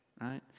right